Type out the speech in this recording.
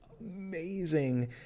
amazing